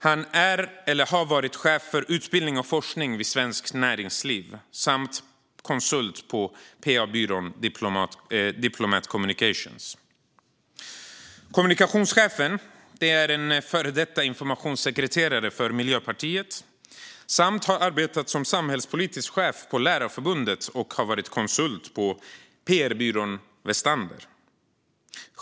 Han är eller har varit chef för utbildning och forskning vid Svenskt Näringsliv samt konsult på PA-byrån Diplomat Communications. Kommunikationschef är en före detta informationssekreterare för Miljöpartiet som också har arbetat som samhällspolitisk chef på Lärarförbundet och varit konsult på pr-byrån Westander.